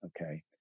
okay